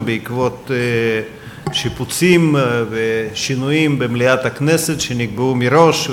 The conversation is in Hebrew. בעקבות שיפוצים ושינויים במליאת הכנסת שנקבעו מראש,